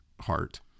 heart